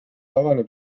avaneb